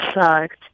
sucked